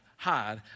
hide